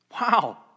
Wow